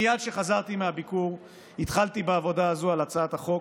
מייד כשחזרתי מהביקור התחלתי בעבודה הזאת על הצעת החוק,